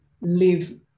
live